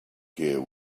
care